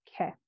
Okay